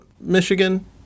Michigan